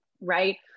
right